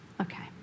okay